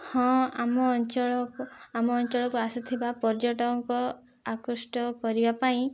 ହଁ ଆମ ଅଞ୍ଚଳ ଆମ ଅଞ୍ଚଳ କୁ ଆସିଥିବା ପର୍ଯ୍ୟଟକ ଆକୃଷ୍ଟ କରିବା ପାଇଁ